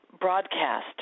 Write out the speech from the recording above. broadcast